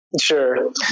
Sure